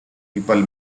people